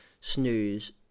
snooze